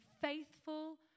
faithful